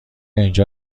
اینجا